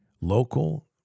local